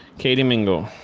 katie mingle.